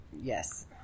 yes